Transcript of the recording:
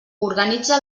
organitza